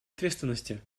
ответственности